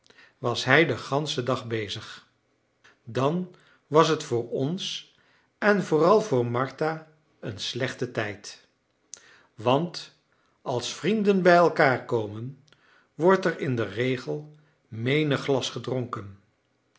was hij den ganschen dag bezig dan was het voor ons en vooral voor martha een slechte tijd want als vrienden bij elkaar komen wordt er in den regel menig glas gedronken